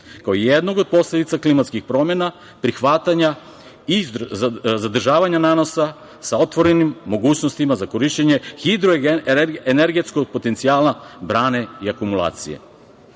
kao jednog posledica klimatskih promena prihvatanja i zadržavanja nanosa sa otvorenim mogućnostima za korišćenje hidroenergetskog potencijala brane i akumulacije. Vode